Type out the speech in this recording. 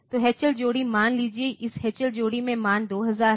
तो H L जोड़ी मान लीजिए इस H L जोड़ी में मान 2000 है